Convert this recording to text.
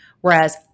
Whereas